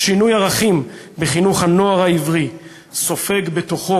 בשינוי ערכים בחינוך הנוער העברי סופג בתוכו